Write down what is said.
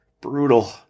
brutal